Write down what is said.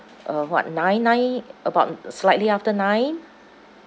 uh what nine nine about slightly after nine